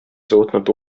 suutnud